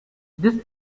this